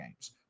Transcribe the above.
games